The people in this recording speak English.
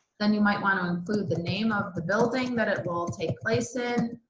then you might want to include the name of the building that it will take place in.